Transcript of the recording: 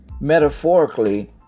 metaphorically